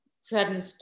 sudden